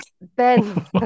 Ben